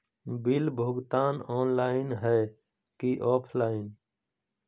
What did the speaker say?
Bill भुगतान online है की ऑफलाइन?